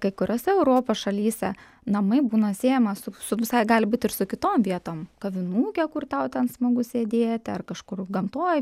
kai kuriose europos šalyse namai būna siejama su su visai gali būti ir su kitom vietom kavinuke kur tau ten smagu sėdėti ar kažkur gamtoj